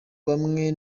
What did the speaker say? bamwe